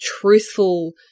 truthful